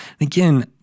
again